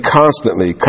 constantly